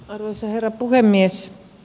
arvoisa herra puhemies